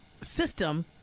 system